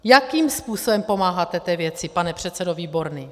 Jakým způsobem pomáháte té věci, pane předsedo Výborný?